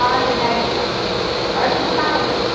हजुर ड्याडीसँग जानुभएको थियो उसको हजुर उसको पापासँग